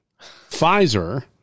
Pfizer